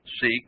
seek